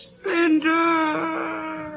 Spender